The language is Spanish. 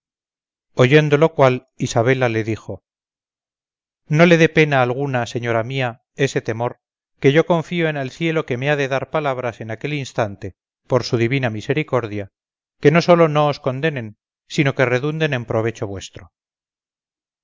lo cual isabela le dijo no le dé pena alguna señora mía ese temor que yo confío en el cielo que me ha de dar palabras en aquel instante por su divina misericordia que no sólo no os condenen sino que redunden en provecho vuestro